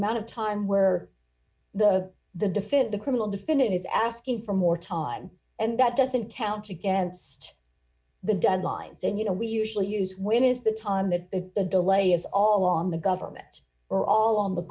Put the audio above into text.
amount of time where the the defend the criminal defendant is asking for more time and that doesn't count against the deadlines and you know we usually use when is the time that a delay is all on the government or all on the